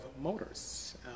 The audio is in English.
motors